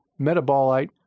metabolite